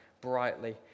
brightly